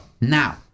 now